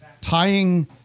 tying